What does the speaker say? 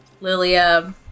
Lilia